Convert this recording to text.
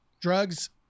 drugs